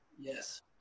yes